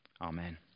Amen